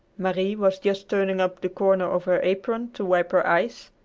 marie was just turning up the corner of her apron to wipe her eyes,